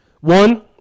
One